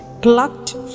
plucked